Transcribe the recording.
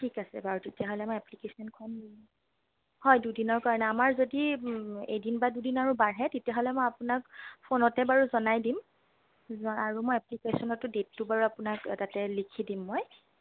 ঠিক আছে বাৰু তেতিয়াহ'লে মই এপ্লিকেচনখন হয় দুদিনৰ কাৰণে আমাৰ যদি এদিন বা দুদিন আৰু বাঢ়ে তেতিয়াহ'লে মই আপোনাক ফোনতে বাৰু জনাই দিম আৰু মই এপ্লিকেচনতো ডেটটো বাৰু আপোনাক তাতে লিখি দিম মই